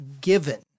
given